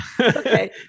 Okay